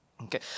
Okay